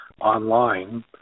online